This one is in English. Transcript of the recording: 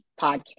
podcast